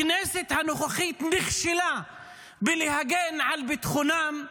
הכנסת הנוכחית נכשלה בלהגן על ביטחונם,